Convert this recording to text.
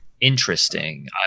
interesting